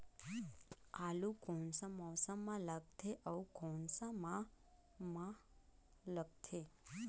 आलू कोन सा मौसम मां लगथे अउ कोन सा माह मां लगथे?